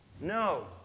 No